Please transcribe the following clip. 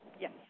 Yes